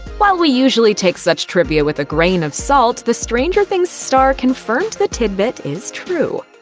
while we usually take such trivia with a grain of salt, the stranger things star confirmed the tidbit is true.